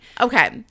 Okay